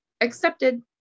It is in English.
Accepted